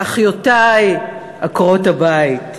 אחיותי עקרות-הבית,